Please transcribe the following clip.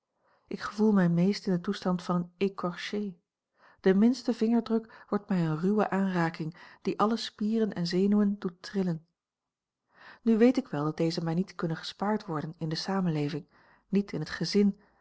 ik gevoel mij meest in den toestand van een écorchée de minste vingerdruk wordt mij eene ruwe aanraking die alle spieren en zenuwen doet trillen nu weet ik wel dat deze mij niet kunnen gespaard worden in de samenleving niet in het gezin